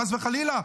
חס וחלילה.